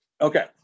Okay